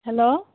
hello